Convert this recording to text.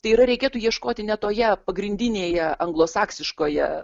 tai yra reikėtų ieškoti ne toje pagrindinėje anglosaksiškoje